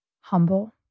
humble